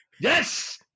Yes